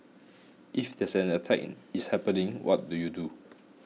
if there's an attack is happening what do you do